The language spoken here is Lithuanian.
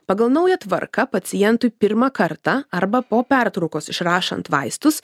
pagal naują tvarką pacientui pirmą kartą arba po pertraukos išrašant vaistus